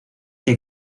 que